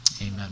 Amen